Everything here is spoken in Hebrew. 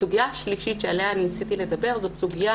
הסוגיה השלישית שעליה ניסיתי לדבר זו סוגיה